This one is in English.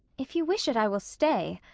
if you wish it, i will stay.